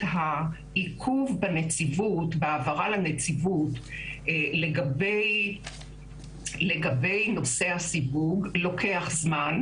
העיכוב בהעברה לנציבות לגבי נושא הסיווג לוקח זמן,